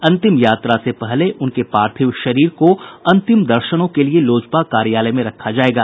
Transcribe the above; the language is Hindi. अंतिम यात्रा से पहले उनके पार्थिव शरीर को अंतिम दर्शनों के लिए लोजपा कार्यालय में रखा जाएगा